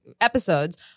episodes